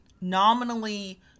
nominally